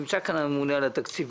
נמצא כאן הממונה על התקציבים.